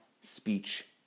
speech